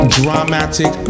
dramatic